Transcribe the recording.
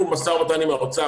אנחנו במשא ומתן עם משרד האוצר.